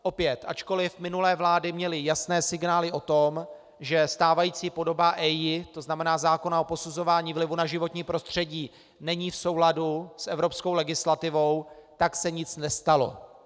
Opět, ačkoli minulé vlády měly jasné signály o tom, že stávající podoba EIA, tedy zákona o posuzování vlivu na životní prostředí, není v souladu s evropskou legislativou, tak se nic nestalo.